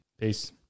Peace